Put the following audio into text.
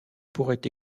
pourrait